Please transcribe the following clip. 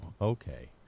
okay